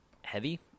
heavy